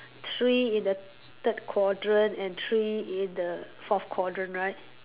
three in the third quadrant and three in the fourth quadrant right